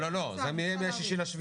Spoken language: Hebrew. לא, לא, זה מה-6 ביולי.